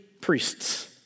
priests